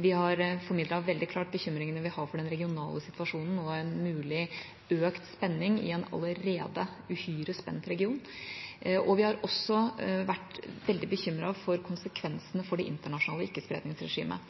Vi har formidlet veldig klart bekymringene vi har for den regionale situasjonen og en mulig økt spenning i en allerede uhyre spent region. Og vi har også vært veldig bekymret for konsekvensene for det internasjonale